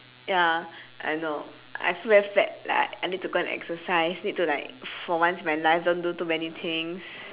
ya I know I feel very fat like I need to go and exercise need to like for once in my life don't do too many things